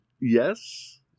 Yes